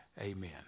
Amen